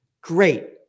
great